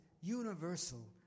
universal